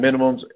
minimums